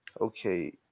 Okay